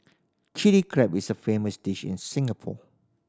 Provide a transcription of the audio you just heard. Chilli Crab is a famous dish in Singapore